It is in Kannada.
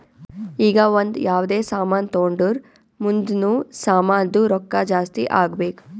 ಈಗ ಒಂದ್ ಯಾವ್ದೇ ಸಾಮಾನ್ ತೊಂಡುರ್ ಮುಂದ್ನು ಸಾಮಾನ್ದು ರೊಕ್ಕಾ ಜಾಸ್ತಿ ಆಗ್ಬೇಕ್